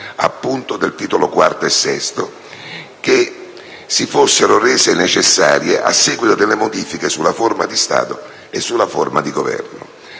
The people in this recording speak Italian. appunto del Titolo IV e VI, per le correzioni che si fossero rese necessarie a seguito delle modifiche sulla forma di Stato e sulla forma di Governo.